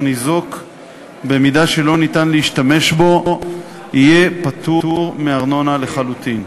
ניזוק במידה שלא ניתן להשתמש בו יהיה פטור מארנונה לחלוטין.